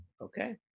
Okay